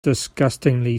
disgustingly